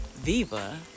Viva